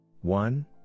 one